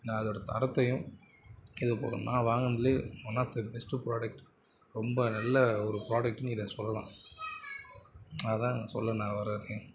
நான் அதோட தரத்தையும் நான் வாங்கினதுலயே one of the best product ரொம்ப நல்ல ஒரு ப்ராடக்ட்ன்னு இதை சொல்லலாம் அதுதான் நான் சொல்ல நான் வரதே